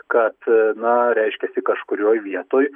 kad na reiškiasi kažkurioj vietoj